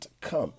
come